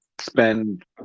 spend